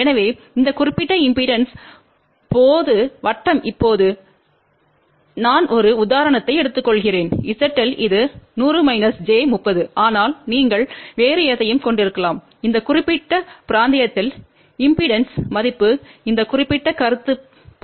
எனவே இந்த குறிப்பிட்ட இம்பெடன்ஸ் போது வட்டம் இப்போது நான் ஒரு உதாரணத்தை எடுத்துக்கொள்கிறேன் ZL இது 100 j 30 ஆனால் நீங்கள் வேறு எதையும் கொண்டிருக்கலாம் இந்த குறிப்பிட்ட பிராந்தியத்தில் இம்பெடன்ஸ் மதிப்பு இந்த குறிப்பிட்ட கருத்து பொருந்தும்